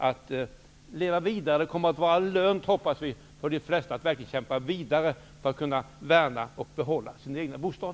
Vi hoppas att det för de allra flesta kommer att vara lönt att verkligen kämpa vidare för att kunna värna om och behålla sin egen bostad.